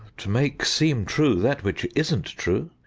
to make seem true that which isn't true.